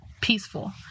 peaceful